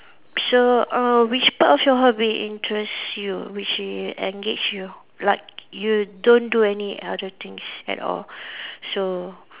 so err which part of your hobby interests you which you engage you like you don't do any other things at all so